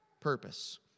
purpose